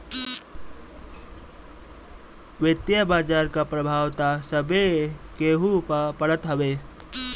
वित्तीय बाजार कअ प्रभाव तअ सभे केहू पअ पड़त हवे